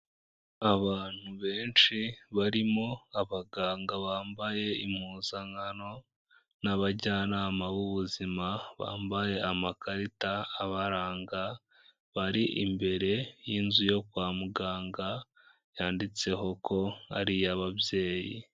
Abantu benshi barimo abaganga bambaye impuzankano n'abajyanama b'ubuzima bambaye amakarita abaranga, bari imbere y'inzu yo kwa muganga, yanditseho ko ari iy'ababyeyi.